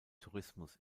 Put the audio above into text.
tourismus